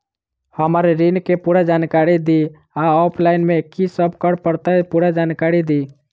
हम्मर ऋण केँ पूरा जानकारी दिय आ ऑफलाइन मे की सब करऽ पड़तै पूरा जानकारी दिय?